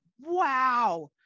wow